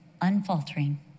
unfaltering